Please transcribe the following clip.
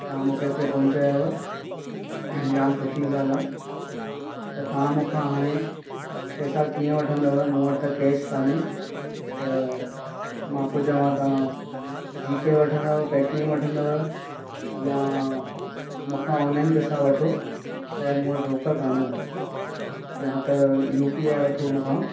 तव्हां मूंखे हिते पहुचायुव जाम सुठी ॻाल्हि आहे त तव्हां मूंखा हाणे पैसा कीअं वठंदव मूं वटि त कैश कोन्हे त मां पियो चवां तव्हां जी पेय वठंदव पे टी एम वठंदव या मूंखा ओनलाइन पैसा वठो छा आहे मूं वटि रोक कोन्हनि या त यू पी आई वठो मूंखा